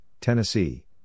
Tennessee